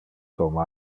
como